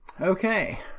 Okay